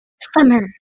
Summer